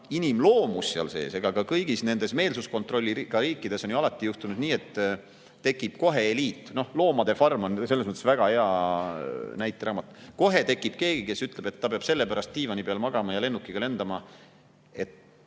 inimloomus seal sees [on ju endine]. Ka kõigis meelsuskontrolliga riikides on ju alati juhtunud, et tekib kohe eliit. "Loomade farm" on selles mõttes väga hea näiteraamat. Kohe tekib keegi, kes ütleb, et ta peab sellepärast diivani peal magama ja lennukiga lendama, et